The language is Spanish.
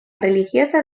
religiosa